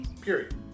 Period